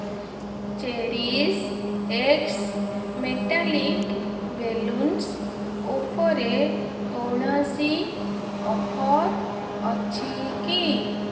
cherish X metallic balloons ଉପରେ କୌଣସି offer ଅଛି କି